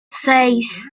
seis